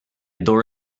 door